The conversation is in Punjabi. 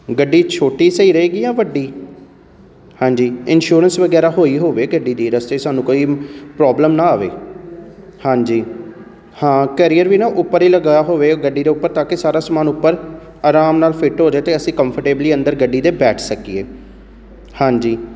ਗੱਡੀ ਛੋਟੀ ਸਹੀ ਰਹੇਗੀ ਜਾਂ ਵੱਡੀ ਹਾਂਜੀ ਇਨਸ਼ੋਰੈਂਸ ਵਗੈਰਾ ਹੋਈ ਹੋਵੇ ਗੱਡੀ ਦੀ ਰਸਤੇ ਸਾਨੂੰ ਕੋਈ ਪ੍ਰੋਬਲਮ ਨਾ ਆਵੇ ਹਾਂਜੀ ਹਾਂ ਕੈਰੀਅਰ ਵੀ ਨਾ ਉੱਪਰ ਹੀ ਲੱਗਾ ਹੋਵੇ ਗੱਡੀ ਦੇ ਉੱਪਰ ਤਾਂ ਕਿ ਸਾਰਾ ਸਮਾਨ ਉੱਪਰ ਆਰਾਮ ਨਾਲ ਫਿੱਟ ਹੋ ਜਾਏ ਅਤੇ ਅਸੀਂ ਕੰਫਰਟੇਬਲੀ ਅੰਦਰ ਗੱਡੀ ਦੇ ਬੈਠ ਸਕੀਏ ਹਾਂਜੀ